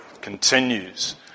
continues